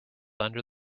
under